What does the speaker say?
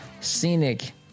scenic